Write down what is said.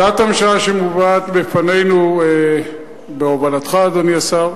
הצעת הממשלה שמובאת בפנינו, בהובלתך, אדוני השר,